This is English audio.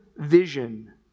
vision